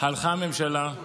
הלכה הממשלה,